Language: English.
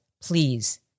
Please